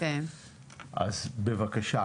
אז בבקשה,